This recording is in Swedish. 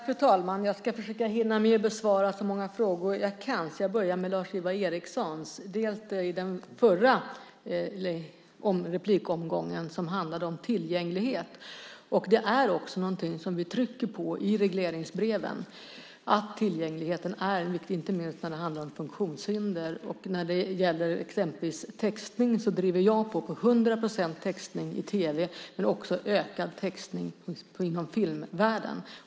Fru talman! Jag ska försöka att hinna med att besvara så många frågor jag kan. Jag börjar med Lars-Ivar Ericsons fråga i den förra replikomgången som handlade om tillgänglighet. Det är något som vi trycker på i regleringsbreven. Tillgängligheten är viktig, inte minst när det handlar om funktionshinder. När det gäller exempelvis textning driver jag på för hundra procents textning i tv men också för ökad textning inom filmvärlden.